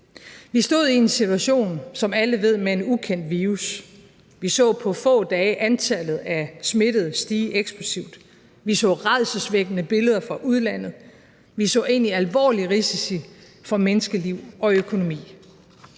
Vi stod i en situation, som alle ved, med en ukendt virus, og vi så på få dage antallet af smittede stige eksplosivt; vi så rædselsvækkende billeder fra udlandet, vi så ind i alvorlige risici for menneskeliv og økonomi.